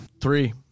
Three